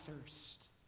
thirst